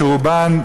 שרובן,